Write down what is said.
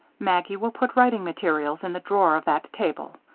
maggie will put writing materials in the drawer of that table,